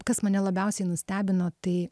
kas mane labiausiai nustebino tai